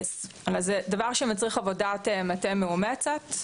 אבל זה דבר שמצריך עבודת מטה מאומצת.